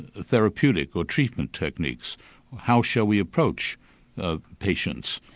therapeutic or treatment techniques how shall we approach ah patients?